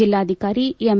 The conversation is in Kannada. ಜಿಲ್ಲಾಧಿಕಾರಿ ಎಂ